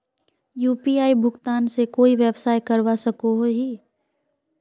UPI भुगतान से कोई व्यवसाय करवा सकोहो ही?